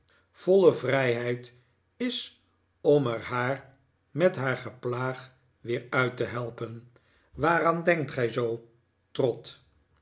voile vrijheid is om er haar met haar geplaag weer uit te helpen waaraan denkt gij zoo trot